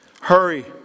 Hurry